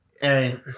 hey